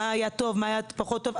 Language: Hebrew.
מה היה טוב ומה היה פחות טוב.